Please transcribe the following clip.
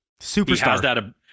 Superstar